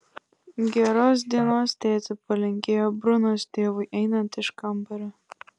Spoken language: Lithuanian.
geros dienos tėti palinkėjo brunas tėvui einant iš kambario